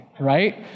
right